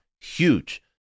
huge